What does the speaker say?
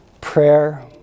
prayer